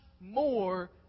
more